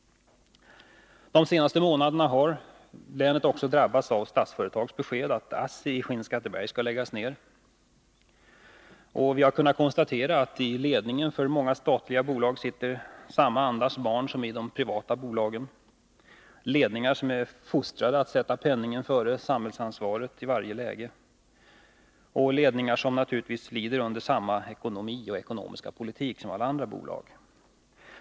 De senaste månaderna har länet också drabbats av Statsföretags besked om att ASSI i Skinnskatteberg skall läggas ned. Vi har kunnat konstatera att i ledningen för många statliga bolag sitter samma andas barn som i de privata bolagen, fostrade att i varje läge sätta penningen framför samhällsansvaret. Dessa företagsledningar lyder naturligtvis under samma ekonomi och ekonomiska politik som alla andra bolag.